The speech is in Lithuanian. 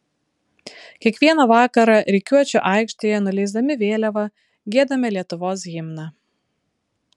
kiekvieną vakarą rikiuočių aikštėje nuleisdami vėliavą giedame lietuvos himną